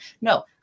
No